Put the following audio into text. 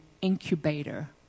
incubator